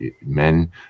men